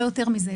לא יותר מזה,